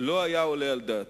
לא היה עולה על דעתי.